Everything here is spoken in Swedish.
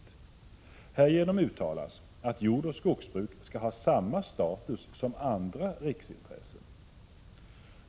Härigenom uttalas att jordoch skogsbruk skall ha samma status som andra riksintressen.